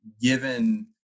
given